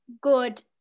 good